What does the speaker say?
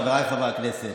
חבריי חברי הכנסת,